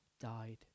died